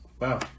Wow